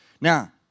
Now